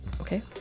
Okay